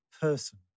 person